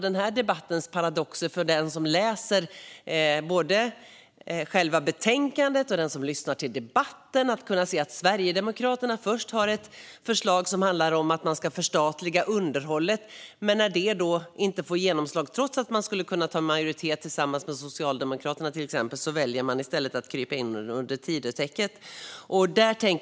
En paradox för dem som läser betänkandet och lyssnar till debatten är att Sverigedemokraterna har ett förslag om att förstatliga underhållet men sedan kryper under Tidötäcket när det inte får genomslag, trots att de skulle kunna få majoritet tillsammans med exempelvis Socialdemokraterna.